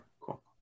cool